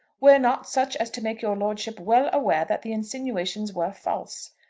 were not such as to make your lordship well aware that the insinuations were false.